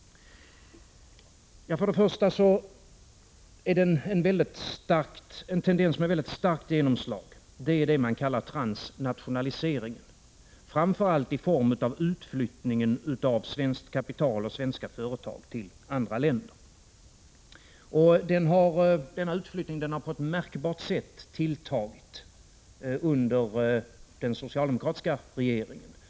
En tendens med starkt genomslag är det man kallar transnationalisering, framför allt i form av utflyttning av svenskt kapital och svenska företag till andra länder. Denna utflyttning har på ett märkbart sätt tilltagit under den socialdemokratiska regeringen.